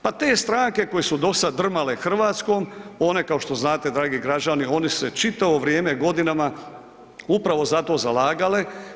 Pa te stranke koje su do sada drmale Hrvatskom one kao što znate dragi građani, oni se čitavo vrijeme, godinama upravo za to zalagale.